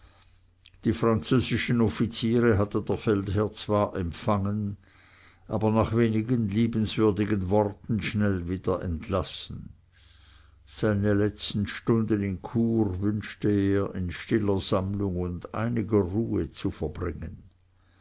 die französischen offiziere hatte der feldherr zwar empfangen aber nach wenigen liebenswürdigen worten schnell wieder entlassen seine letzten stunden in chur wünschte er in stiller sammlung und einiger ruhe zu verbringen